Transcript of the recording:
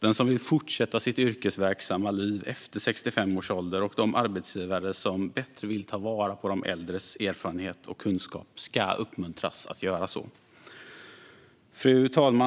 Den som vill fortsätta sitt yrkesverksamma liv efter 65 års ålder och de arbetsgivare som bättre vill ta vara på de äldres erfarenhet och kunskap ska uppmuntras att göra så. Fru talman!